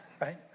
Right